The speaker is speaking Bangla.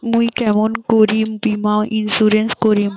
মুই কেমন করি বীমা ইন্সুরেন্স করিম?